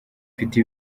mfite